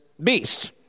beast